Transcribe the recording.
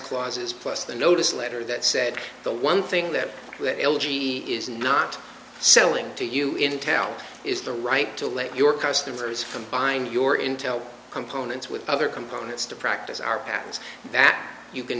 clauses plus the notice letter that said the one thing that the l g is not selling to you in town is the right to let your customers from buying your intel components with other components to practice our patents that you can